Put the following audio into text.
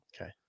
Okay